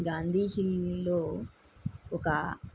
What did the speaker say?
గాంధీ హిల్లో ఒక